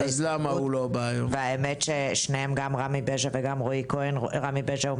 שניהם, גם